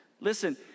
Listen